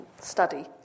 study